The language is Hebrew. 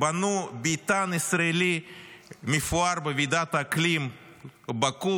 בנו ביתן ישראלי מפואר בוועידת האקלים בבאקו